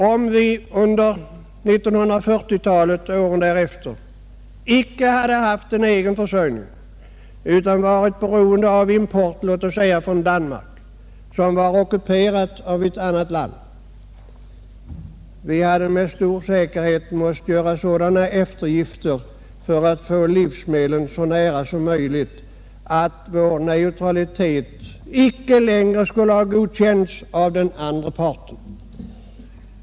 Om vi under 1940-talet och åren därefter icke hade haft en egen försörjning utan varit beroende av import, låt säga från Danmark som var ockuperat av ett annat land, hade vi med stor säkerhet mäst göra sådana eftergifter för att få livsmedlen att vår neutralitet inte längre skulle ha godkänts av den andra parten.